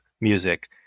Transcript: music